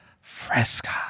Fresca